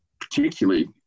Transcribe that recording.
particularly